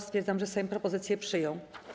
Stwierdzam, że Sejm propozycję przyjął.